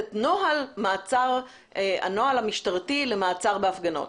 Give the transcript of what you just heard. את הנוהל המשטרתי למעצר בהפגנות.